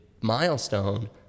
milestone